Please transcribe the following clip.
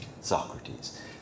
Socrates